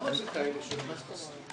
כמה כאלה שלא מתחסנים?